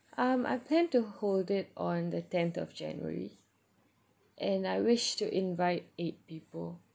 um I plan to hold it on the tenth of january and I wish to invite eight people